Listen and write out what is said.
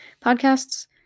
Podcasts